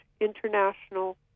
international